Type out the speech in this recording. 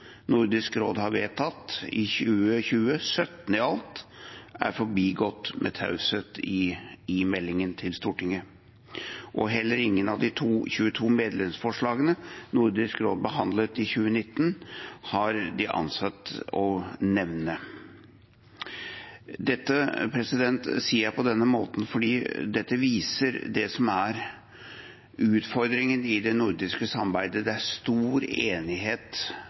Nordisk råd har vedtatt i 2020, 17 i alt, er forbigått med taushet i meldingen til Stortinget. Heller ingen av de 22 medlemsforslagene som Nordisk råd behandlet i 2019, har de ansett å nevne. Dette sier jeg på denne måten, fordi dette viser utfordringen i det nordiske samarbeidet. Det er stor enighet